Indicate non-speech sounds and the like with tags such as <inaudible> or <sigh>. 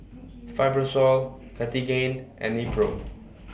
Fibrosol Cartigain and Nepro <noise>